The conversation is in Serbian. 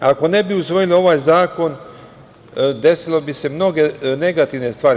Ako ne bi usvojili ovaj zakon, desile bi se mnoge negativne stvari.